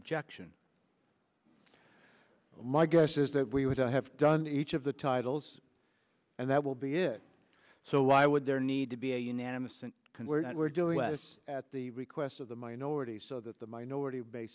objection my guess is that we would have done each of the titles and that will be it so why would there need to be a unanimous and we're doing this at the request of the minority so that the minority ba